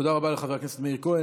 תודה רבה לחבר הכנסת מאיר כהן.